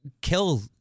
kill